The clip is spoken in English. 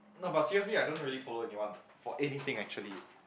not buy seriously I don't really follow anyone for anything actually